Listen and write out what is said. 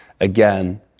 again